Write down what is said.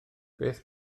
beth